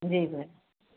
जी भेण